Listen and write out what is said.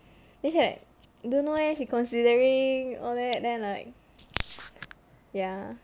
then she like don't know leh she considering all that then like ya